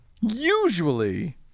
Usually